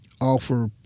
offer